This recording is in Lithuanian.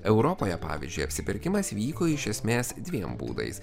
europoje pavyzdžiui apsipirkimas vyko iš esmės dviem būdais